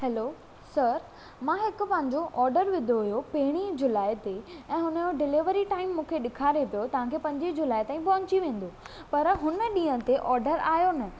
हलो sir मां हिकु पंहिंजो ऑडर विधो हुओ पहिरीं जुलाई ते ऐं हुनजो डिलीवरी टाइम मूंखे ॾिखारे पियो तव्हांखे पंजी जुलाई ताईं पहुची वेंदो पर हुन ॾींहुं ते ऑडर आयो न